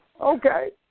Okay